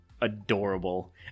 adorable